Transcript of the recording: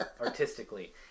artistically